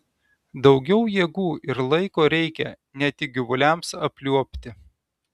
daugiau jėgų ir laiko reikia ne tik gyvuliams apliuobti